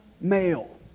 male